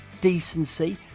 decency